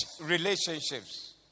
relationships